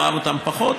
נאהב אותן פחות,